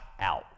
out